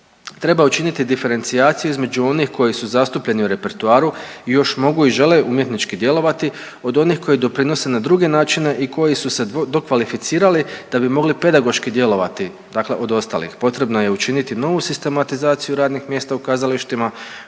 Treba učiniti diferencijaciju između onih koji su zastupljeni u repertoaru i još mogu i žele umjetnički djelovati od onih koji doprinose na druge načine i koji su se dokvalificirali da bi mogli pedagoški djelovati dakle od ostalih, potrebno je učiniti novu sistematizaciju radnih mjesta u kazalištima